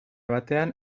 batean